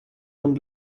und